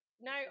No